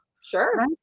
Sure